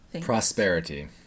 prosperity